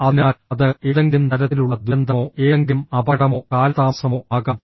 അതിനാൽ അത് ഏതെങ്കിലും തരത്തിലുള്ള ദുരന്തമോ ഏതെങ്കിലും അപകടമോ കാലതാമസമോ ആകാം